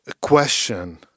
question